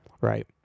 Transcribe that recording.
right